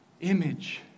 image